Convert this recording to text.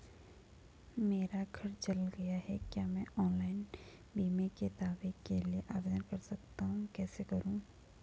मेरा घर जल गया है क्या मैं ऑनलाइन बीमे के दावे के लिए आवेदन कर सकता हूँ कैसे करूँ?